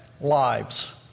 lives